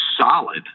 solid